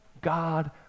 God